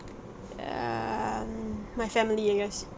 um my family I guess